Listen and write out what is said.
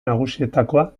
nagusietakoa